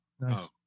Nice